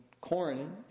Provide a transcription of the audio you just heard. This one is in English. corn